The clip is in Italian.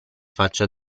faccia